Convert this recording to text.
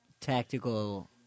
tactical